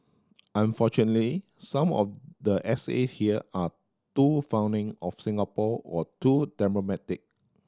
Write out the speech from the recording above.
unfortunately some of the essay here are too fawning of Singapore or too